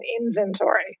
inventory